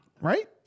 right